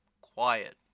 quiet